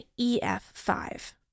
EF5